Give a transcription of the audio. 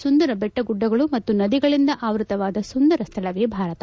ಸುಂದರ ಬೆಟ್ಸಗುಡ್ಡಗಳು ಮತ್ತು ನದಿಗಳಿಂದ ಆವೃತವಾದ ಸುಂದರ ಸ್ಥಳವೇ ಭಾರತ